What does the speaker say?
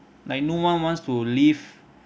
like no one wants to live